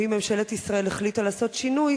ואם ממשלת ישראל החליטה לעשות שינוי,